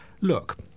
look